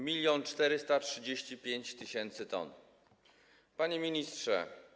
1435 tys. t. Panie Ministrze!